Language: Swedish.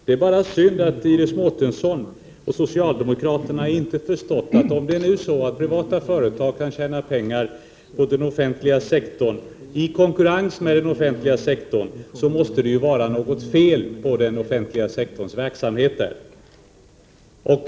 Det är bara synd att Iris Mårtensson och socialdemokraterna inte förstått, att om det nu är så att privata företag kan tjäna pengar i konkurrens med den offentliga sektorn, så måste det vara något fel på den offentliga sektorns verksamheter.